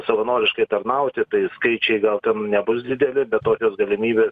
savanoriškai tarnauti tai skaičiai gal ten nebus dideli bet tokios galimybės